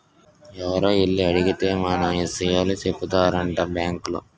ఎవరో ఎల్లి అడిగేత్తే మన ఇసయాలు సెప్పేత్తారేటి బాంకోలు?